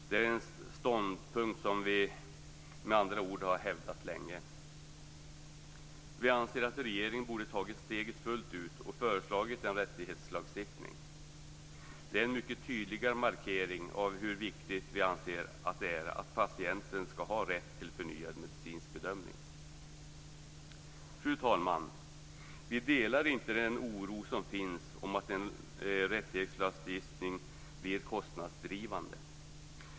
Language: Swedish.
Det är med andra ord en ståndpunkt vi hävdat länge. Vi anser att regeringen borde ha tagit steget fullt ut och föreslagit en rättighetslagstiftning. Det är en mycket tydligare markering av hur viktigt vi anser det är att patienten har rätt till förnyad medicinsk bedömning. Fru talman! Vi delar inte den oro som finns om att en rättighetslagstiftning blir kostnadsdrivande.